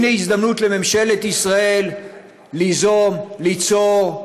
הינה הזדמנות לממשלת ישראל ליזום, ליצור,